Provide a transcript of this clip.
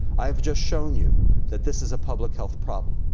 i've just shown you that this is a public health problem.